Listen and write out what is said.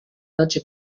noche